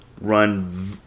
run